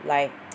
like